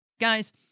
Guys